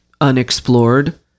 unexplored